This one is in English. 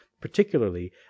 particularly